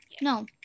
no